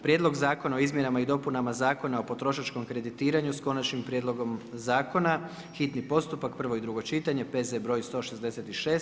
Prijedlog zakona o izmjenama i dopunama Zakona o potrošačkom kreditiranju s konačnim prijedlogom zakona, hitni postupak, prvo i drugo čitanje, P.Z. 166.